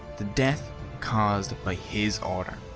the death caused by his order.